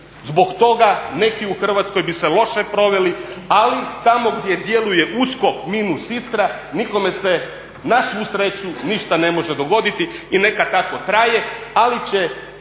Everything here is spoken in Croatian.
Zbog toga neki u Hrvatskoj bi se loše proveli, ali tamo gdje djeluje USKOK minus Istra nikome se na svu sreću ništa ne može dogoditi i neka tako traje, ali će